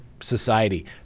society